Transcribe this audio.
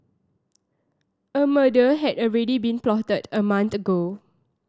a murder had already been plotted a month ago